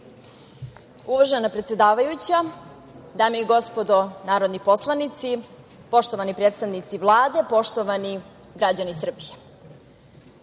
Uvažena predsedavajuća, dame i gospodo narodni poslanici, poštovani predstavnici Vlade, poštovani građani Srbije,